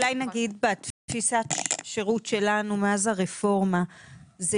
אולי נגיד שבתפיסת השירות שלנו מאז הרפורמה אנחנו